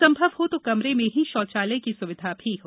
संभव हो तो कमरे में ही शौचालय की सुविधा भी हो